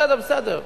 בסדר, בסדר.